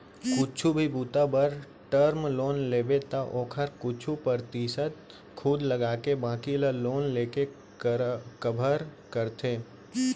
कुछु भी बूता बर टर्म लोन लेबे त ओखर कुछु परतिसत खुद लगाके बाकी ल लोन लेके कभर करथे